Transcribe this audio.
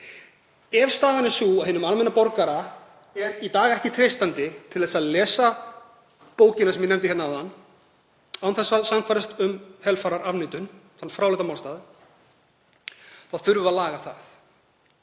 Ef staðan er sú að hinum almenna borgara er í dag ekki treystandi til að lesa bókina sem ég nefndi hér áðan án þess að sannfærast um helfararafneitun, þann fráleita málstað, þá þurfum við að laga það